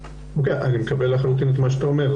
אני מקבל לחלוטין את מה שאתה אומר.